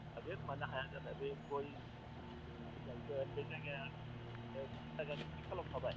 हागोन मानो हायाजानो बे गय जोंनिया जायगाखौ थिख खालामखाबाय